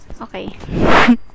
Okay